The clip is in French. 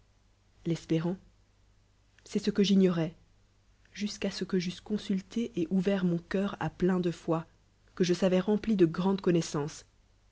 r c'est cè qne j'ignoroât jusqu'a ce qué j'eusse consulté et onvert mon cœu ii plein de foi cine je savois rempli de grandes connoissances